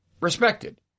respected